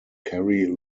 carry